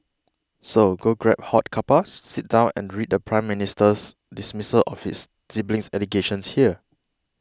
so go grab hot cuppa sit down and read the Prime Minister's dismissal of his siblings allegations here